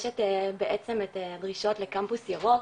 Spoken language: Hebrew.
יש את בעצם את הדרישות לקמפוס ירוק,